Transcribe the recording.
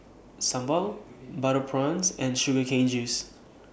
Sambal Butter Prawns and Sugar Cane Juice